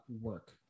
work